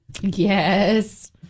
Yes